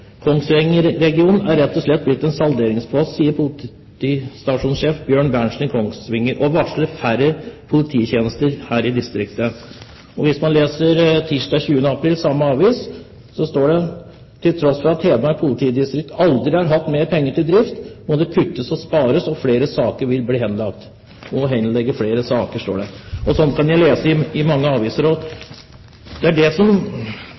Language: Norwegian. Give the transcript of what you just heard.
er rett og slett blitt en salderingspost, sier politistasjonssjef Bjørn Berntsen i Kongsvinger og varsler færre polititjenester her i distriktet.» Tirsdag 20. april i samme avis står det: «Til tross for at Hedmark politidistrikt aldri har hatt mer penger til drift, må det kuttes og spares, og flere saker vil bli henlagt.» «Må henlegge flere saker», står det også. Sånt kan jeg lese i mange aviser. Det som